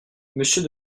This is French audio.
monsieur